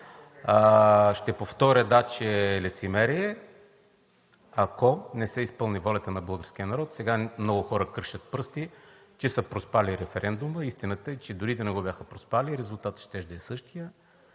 Ще повторя – да, лицемерие е, ако не се изпълни волята на българския народ. Сега много хора кършат пръсти, че са проспали референдума. Истината е, че дори да не го бяхте проспали, резултатът щеше да е същият.